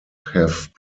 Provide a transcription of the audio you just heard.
have